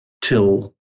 till